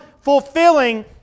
fulfilling